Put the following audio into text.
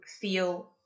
feel